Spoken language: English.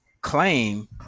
claim